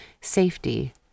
safety